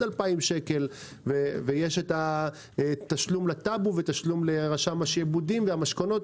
2,000 שקל ויש התשלום לטאבו ותשלום לרשם השעבודים והמשכונות